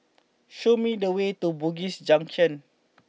show me the way to Bugis Junction